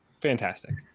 fantastic